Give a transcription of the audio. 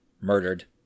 murdered